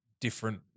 different